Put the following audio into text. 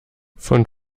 von